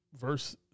verse